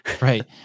Right